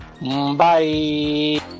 Bye